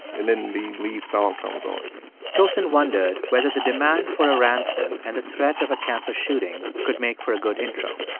and then the lead song comes on tosin wondered whether the demand for a ransom and the threat of a campus shooting could make for a good intro.